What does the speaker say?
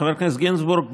חבר הכנסת גינזבורג,